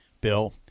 Bill